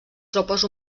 tropes